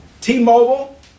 T-Mobile